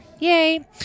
Yay